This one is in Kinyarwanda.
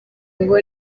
ngo